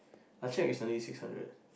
I check recently six hundred